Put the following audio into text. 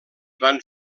van